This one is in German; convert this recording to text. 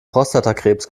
prostatakrebs